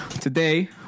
today